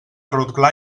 rotglà